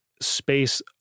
space